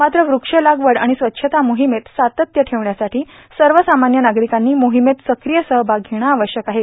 मात्र वृक्ष लागवड आणि स्वच्छता मोहिमेत सातत्य ठेवण्यासाठी सर्वसामान्य नागरिकांनी मोहिमेत सक्रीय सहभाग घेणे आवश्यक आहे